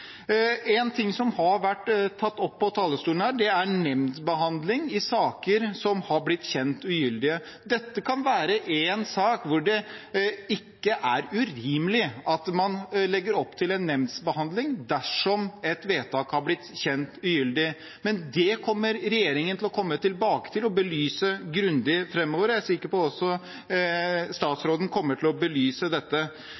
En ting som har vært tatt opp på talerstolen her, er nemndbehandling i saker som har blitt kjent ugyldige. Dette kan være en sak hvor det ikke er urimelig at man legger opp til en nemndbehandling dersom et vedtak har blitt kjent ugyldig. Det kommer regjeringen til å komme tilbake til og belyse grundig framover. Jeg er sikker på at også